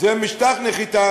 זה משטח נחיתה,